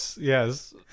yes